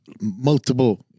multiple